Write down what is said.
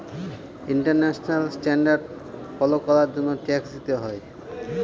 international standard follow করার জন্য tax দিতে হয়